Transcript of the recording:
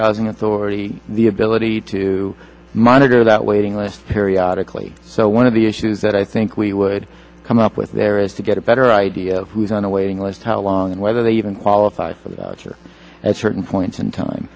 housing authority the ability to monitor that waiting list periodic lee so one of the issues that i think we would come up with there is to get a better idea of who is on a waiting list how long whether they even qualify or at certain points in time